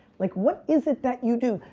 like what is it that you do?